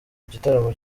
igitaramo